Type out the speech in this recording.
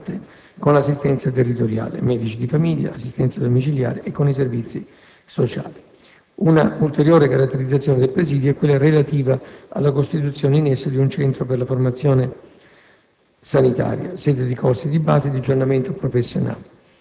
Tutte le attività saranno fortemente integrate con l'assistenza territoriale (medici di famiglia, assistenza domiciliare) e con i servizi sociali. Una ulteriore caratterizzazione del presidio è quella relativa alla costituzione in esso di un Centro per la formazione